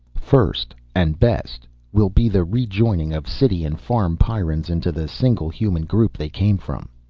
first and best will be the rejoining of city and farm pyrrans into the single human group they came from.